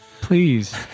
Please